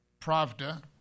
Pravda